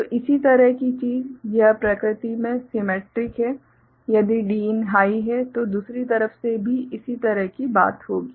तो इसी तरह की चीज यह प्रकृति में सिमेट्रिक है यदि Din हाइ है तो दूसरी तरफ से भी इसी तरह की बात होगी